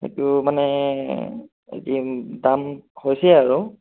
সেইটো মানে এতি দাম হৈছে আৰু